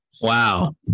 Wow